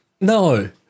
No